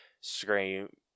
Scream